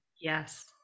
Yes